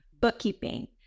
bookkeeping